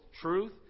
truth